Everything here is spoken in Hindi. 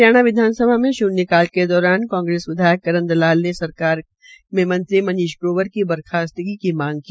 हरियाणा विधानसभा में शून्य काल के दौरान कांग्रेस विधायक करण दलाल ने सरकार मे मंत्री मनीष ग्रोवर की बर्खास्ती की मांग की